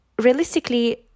realistically